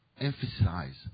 emphasize